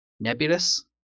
Nebulous